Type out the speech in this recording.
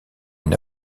une